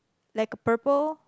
like a purple